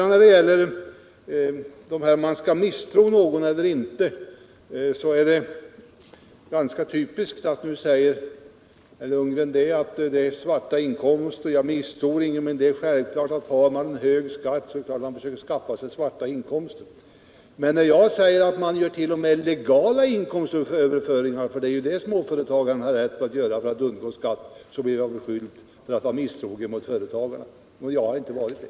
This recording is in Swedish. När det gäller att misstro någon eller inte är det ganska typiskt att nu säger herr Lundgren: Det är svarta inkomster — jag misstror ingen, men har man hög skatt är det klart att man försöker skaffa sig svarta inkomster. Men när jag säger att man gör t.o.m. legala inkomstöverföringar — för det är ju det småföretagarna har rätt att göra för att undgå skatt — så blir jag beskylld för att vara misstrogen mot företagarna. Och jag har inte varit det.